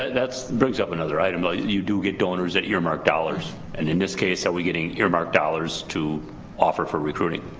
that brings up another item. like you do get donors that earmark dollars and in this case are we getting earmarked dollars to offer for recruiting?